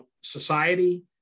society